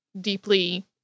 deeply